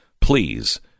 please